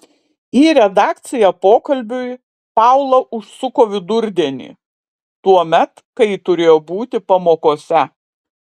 į redakciją pokalbiui paula užsuko vidurdienį tuomet kai turėjo būti pamokose